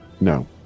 No